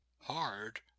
hard